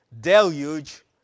deluge